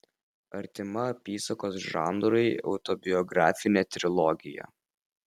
artima apysakos žanrui autobiografinė trilogija